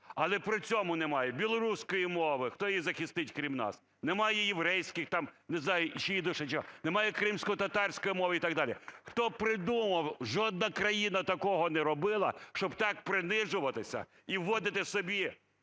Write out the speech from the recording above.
але при цьому немає білоруської мови, хто її захистить, крім нас, немає єврейських, там не знаю, їдиш чи що, немає кримськотатарської мови і так далі. Хто придумав, жодна країна такого не робила, щоб так принижуватися і вводити собі